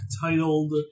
titled